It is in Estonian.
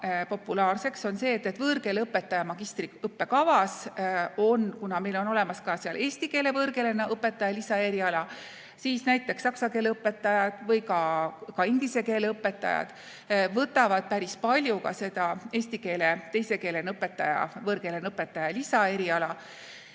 populaarseks on osutunud see, et võõrkeeleõpetaja magistriõppekavas, kuna meil on olemas ka seal eesti keele võõrkeelena õpetaja lisaeriala, näiteks saksa keele õpetajad või ka inglise keele õpetajad võtavad päris palju ka seda eesti keele teise keelena õpetaja, võõrkeelena õpetaja lisaeriala.